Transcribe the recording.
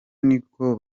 niko